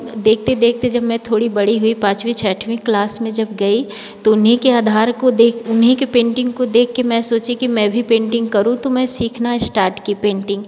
देखते देखते जब मैं थोड़ी बड़ी हुई पाँचवी छठवी क्लास में जब गई उन्हीं के आधार को देख उन्हीं के पेंटिंग को देख कर मैं सोची की मैं भी पेंटिंग करूँ तो मैं सीखना श्टाट की पेंटिग